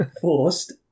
Forced